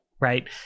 right